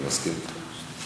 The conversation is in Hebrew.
אני מסכים אתך.